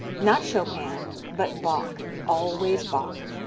not chopin but bach, always bach.